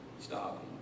stop